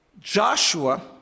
Joshua